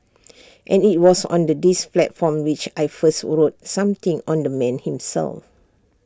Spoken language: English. and IT was on the this platform which I first wrote something on the man himself